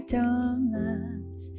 Thomas